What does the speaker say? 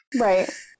Right